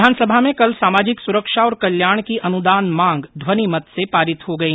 विधानसभा में कल सामाजिक सुरक्षा और कल्याण की अनुदान मांग ध्वनिमत से पारित हो गई